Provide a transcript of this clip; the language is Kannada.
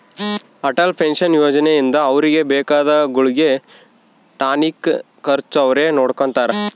ಅಟಲ್ ಪೆನ್ಶನ್ ಯೋಜನೆ ಇಂದ ಅವ್ರಿಗೆ ಬೇಕಾದ ಗುಳ್ಗೆ ಟಾನಿಕ್ ಖರ್ಚು ಅವ್ರೆ ನೊಡ್ಕೊತಾರ